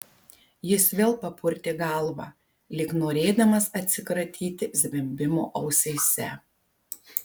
jis vėl papurtė galvą lyg norėdamas atsikratyti zvimbimo ausyse